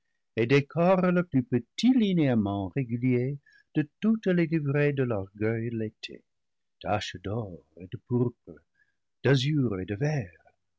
décorent leurs plus petits linéaments réguliers de toutes les livrées de l'orgueil de l'été taches d'or et de pourpre d'a zur et de vert